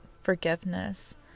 forgiveness